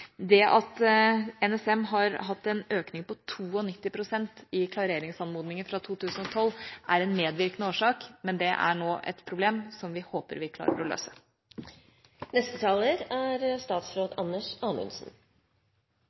Det at NSM har hatt en økning på 92 pst. i klareringsanmodninger fra 2012, er en medvirkende årsak, men det er nå et problem som vi håper at vi klarer å